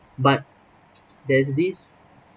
but there is this